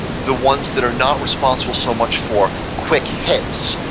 the ones that are not responsible so much for quick hits,